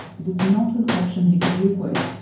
it's not an option he could live with.